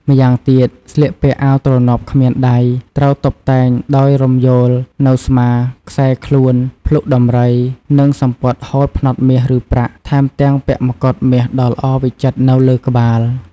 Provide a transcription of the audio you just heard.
ម្យ៉ាងទៀត ស្លៀកពាក់អាវទ្រនាប់គ្មានដៃ ត្រូវតុបតែងដោយរំយោលនៅស្មា ខ្សែខ្លួន ភ្លុកដំរី និងសំពត់ហូលផ្នត់មាស ឬប្រាក់ ថែមទាំងពាក់មកុដមាសដ៏ល្អវិចិត្រនៅលើក្បាល។